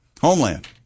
Homeland